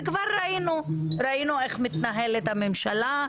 וכבר ראינו איך מתנהלת הממשלה,